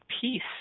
peace